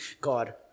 God